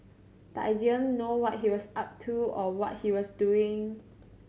but I didn't know what he was up to or what he was doing